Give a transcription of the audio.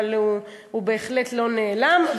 אבל הוא בהחלט לא נעלם.